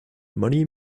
money